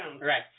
right